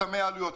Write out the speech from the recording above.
חסמי עלויות,